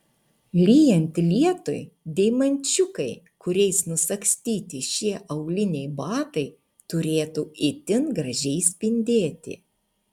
lyjant lietui deimančiukai kuriais nusagstyti šie auliniai batai turėtų itin gražiai spindėti